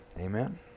Amen